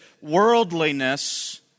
Worldliness